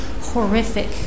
horrific